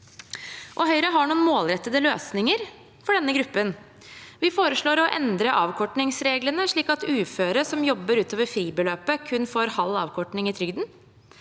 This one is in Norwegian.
Høyre har noen målrettede løsninger for denne gruppen. Vi foreslår å endre avkortingsreglene, slik at uføre som jobber utover fribeløpet, kun får halv avkorting i trygden.